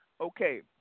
Okay